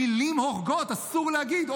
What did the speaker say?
שאסור להגיד,